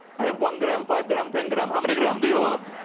i have one gram, five gram, ten gram. how many gram do you want?